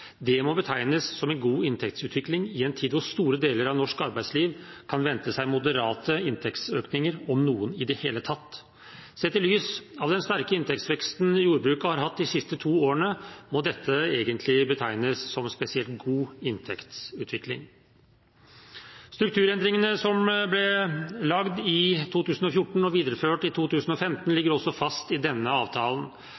Det må betegnes som en god inntektsutvikling i en tid hvor store deler av norsk arbeidsliv kan vente seg moderate inntektsøkninger, om noen i det hele tatt. Sett i lys av den sterke inntektsveksten jordbruket har hatt de siste to årene, må dette egentlig betegnes som spesielt god inntektsutvikling. Strukturendringene som ble lagd i 2014 og videreført i 2015,